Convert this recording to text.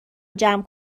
جمع